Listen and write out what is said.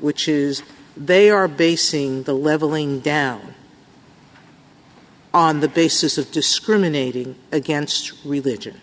which is they are basing the leveling down on the basis of discriminating against religion